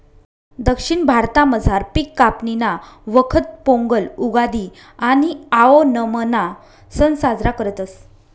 दक्षिण भारतामझार पिक कापणीना वखत पोंगल, उगादि आणि आओणमना सण साजरा करतस